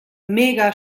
mega